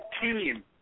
team